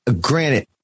granted